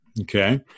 Okay